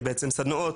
בעצם סדנאות,